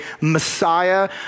Messiah